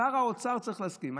שר האוצר צריך להסכים.